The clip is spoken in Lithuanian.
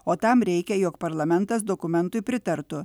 o tam reikia jog parlamentas dokumentui pritartų